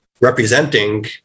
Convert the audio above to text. representing